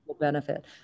benefit